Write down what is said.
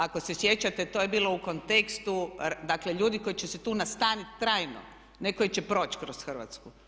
Ako se sjećate to je bilo u kontekstu, dakle ljudi koji će se tu nastaniti trajno, a ne koji će proći kroz Hrvatsku.